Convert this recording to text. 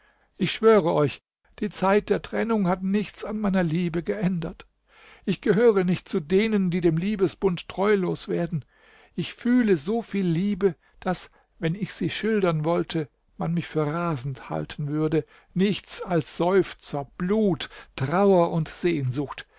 ich schwöre euch die zeit der trennung hat nichts an meiner liebe geändert ich gehöre nicht zu denen die dem liebesbund treulos werden ich fühle so viel liebe daß wenn ich sie schildern wollte man mich für rasend halten würde nichts als seufzer blut trauer und sehnsucht